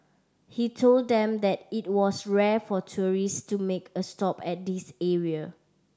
he told them that it was rare for tourist to make a stop at this area